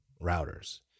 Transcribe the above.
routers